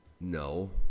No